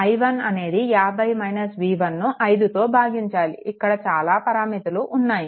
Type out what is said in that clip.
కాబట్టి i1 అనేది ను 5తో భాగించాలి ఇక్కడ చాలా పారామితులు ఉన్నాయి